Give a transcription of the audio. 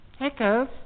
Echoes